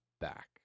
back